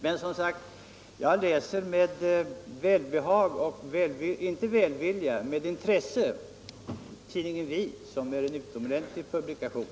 Men som sagt: Jag läser med välbehag och intresse tidningen Vi, som är en utomordentlig publikation.